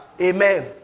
Amen